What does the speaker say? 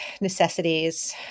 necessities